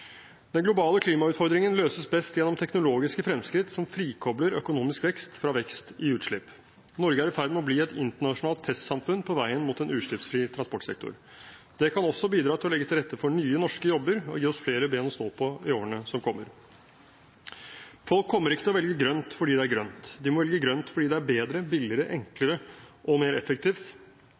Den globale klimautfordringen løses best gjennom teknologiske fremskritt som frikobler økonomisk vekst fra vekst i utslipp. Norge er i ferd med å bli et internasjonalt testsamfunn på veien mot en utslippsfri transportsektor. Det kan også bidra til å legge til rette for nye norske jobber og gi oss flere ben å stå på i årene som kommer. Folk kommer ikke til å velge grønt fordi det er grønt, de må velge grønt fordi det er bedre, billigere, enklere og mer effektivt,